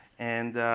and